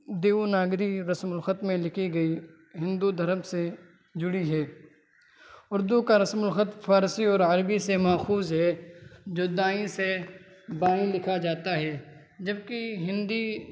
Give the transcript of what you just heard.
دیوناگری رسم الخط میں لکھی گئی ہندو دھرم سے جڑی ہے اردو کا رسم الخط فارسی اور عربی سے ماخوذ ہے جو دائیں سے بائیں لکھا جاتا ہے جبکہ ہندی